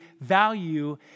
value